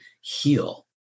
heal